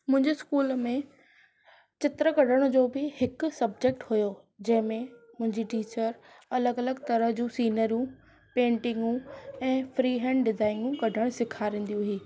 मुंहिंजे स्कूल में चित्र कढण जो भी हिकु सबजेक्ट हुयो जंहिंमें मुंहिंजी टीचर अलॻि अलॻि तरह जूं सीनरियूं पेन्टींगूं ऐं फ्री हैण्ड डिज़ाइनू कढण सेखारीन्दी हुई